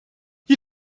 you